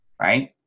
right